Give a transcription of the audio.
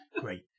Great